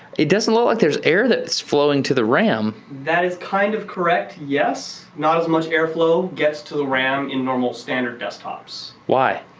it doesn't look like there's air that's flowing to the ram. that is kind of correct, yes. not as much air flow gets to the ram in normal standard desktops. why?